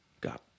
Got